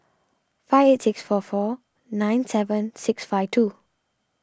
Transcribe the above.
five eight six four four nine seven six five two